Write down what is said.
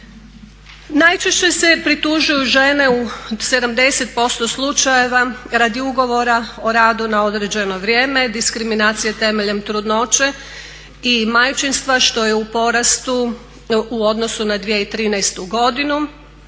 Najčešće se pritužuju žene u 70% slučajeva radi ugovora o radu na određeno vrijeme, diskriminacije temeljem trudnoće i majčinstva što je u porastu u odnosu na 2013.godinu,